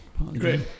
Great